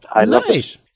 nice